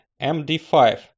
MD5